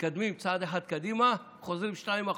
מתקדמים צעד אחד קדימה, חוזרים שניים אחורה.